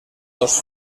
dos